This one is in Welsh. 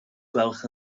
gwelwch